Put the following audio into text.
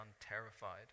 Terrified